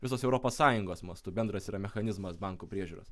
visos europos sąjungos mastu bendras yra mechanizmas bankų priežiūros